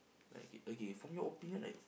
like K okay from your opinion right